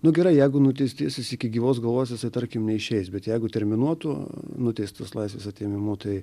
nu gerai jeigu nuteistasis iki gyvos galvos jisai tarkim neišeis bet jeigu terminuotų nuteistus laisvės atėmimu tai